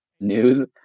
news